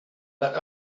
but